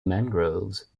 mangroves